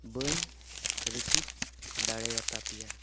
ᱵᱟᱹᱧ ᱨᱤᱥᱤᱵᱷ ᱫᱟᱲᱮᱭᱟᱛᱟᱯᱮᱭᱟ